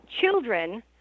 children